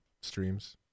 streams